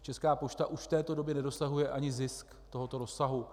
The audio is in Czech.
Česká pošta už v této době nedosahuje ani zisk tohoto rozsahu.